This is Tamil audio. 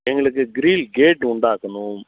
எங்களுக்கு கிரில் கேட் உண்டாக்கணும்